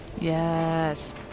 Yes